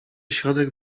środek